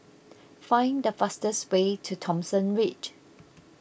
find the fastest way to Thomson Ridge